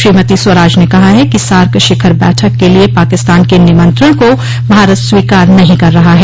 श्रीमती स्वराज ने कहा है कि सार्क शिखर बैठक के लिए पाकिस्तान के निमंत्रण को भारत स्वीकार नहीं कर रहा है